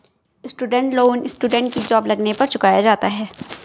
student loan students की job लगने पर चुकाया जाता है